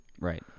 Right